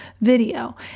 video